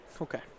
Okay